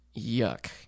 yuck